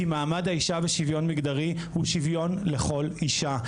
כי מעמד האישה ושוויון מגדרי הוא שוויון לכל אישה.